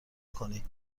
کنید